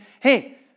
hey